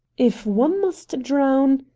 if one must drown!